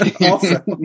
Awesome